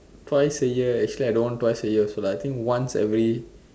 twice a year actually I don't want twice a year also lah I think once every